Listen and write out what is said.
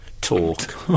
talk